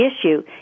issue